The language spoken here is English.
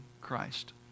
Christ